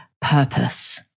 purpose